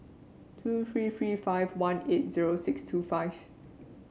two three three five one eight zero six two five